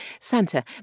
santa